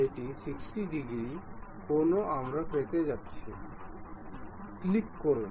এটি 60 ডিগ্রী কোণ আমরা পেতে যাচ্ছি ক্লিক করুন